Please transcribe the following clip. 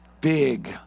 big